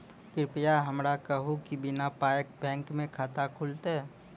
कृपया हमरा कहू कि बिना पायक बैंक मे खाता खुलतै?